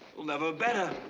never better.